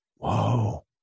Whoa